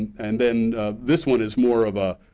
and then this one is more of a